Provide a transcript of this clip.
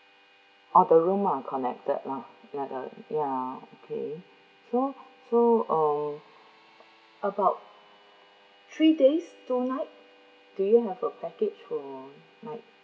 oh the room not connected lah ya the ya okay so so um about three days two night do you have a package for that